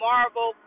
Marvel